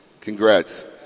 Congrats